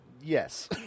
Yes